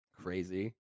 crazy